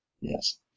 Yes